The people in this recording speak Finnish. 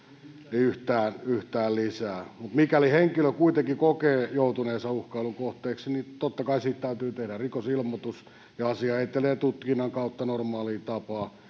yhtään yhtään lisää mikäli henkilö kuitenkin kokee joutuneensa uhkailun kohteeksi niin totta kai siitä täytyy tehdä rikosilmoitus ja asia etenee tutkinnan kautta normaaliin tapaan